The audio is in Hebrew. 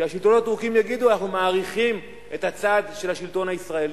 שהשלטון הטורקי יגידו: אנחנו מעריכים את הצד של השלטון הישראלי.